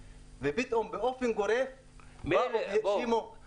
שאמרנו בואו תסדירו את כל המרחב הימי.